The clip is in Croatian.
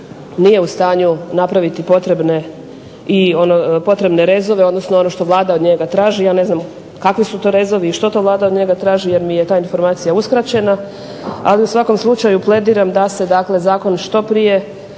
nije u stanju napraviti potrebne rezove, odnosno ono što Vlada od njega traži. Ja ne znam kakvi su to rezovi i što to Vlada od njega traži jer mi je ta informacija uskraćena ali u svakom slučaju plediram da se zakon što prije